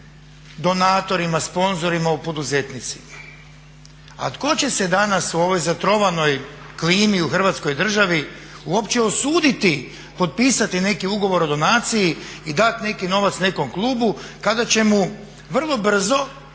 a tko će se danas u ovoj zatrovanoj klimi u hrvatskoj državi uopće usuditi potpisati neki ugovor o donaciji i dati neki novac nekom klubu kada će mu vrlo brzo